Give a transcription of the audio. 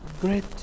great